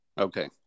Okay